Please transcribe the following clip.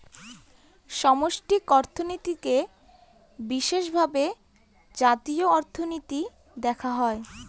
সামষ্টিক অর্থনীতিতে বিশেষভাগ জাতীয় অর্থনীতি দেখা হয়